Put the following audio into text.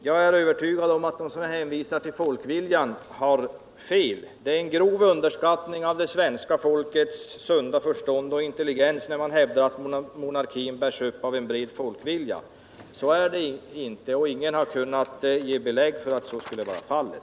Jag är övertygad om att de som hänvisar till folkviljan har fel. Det är en grov underskattning av det svenska folkets sunda förstånd och intelligens när man hävdar att monarkin bärs upp av en bred folkvilja. Så är det inte, och ingen har kunnat ge belägg för att så skulle vara fallet.